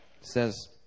says